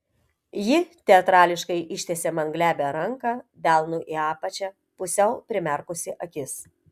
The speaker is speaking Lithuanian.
ji teatrališkai ištiesė man glebią ranką delnu į apačią pusiau primerkusi akis